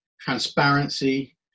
transparency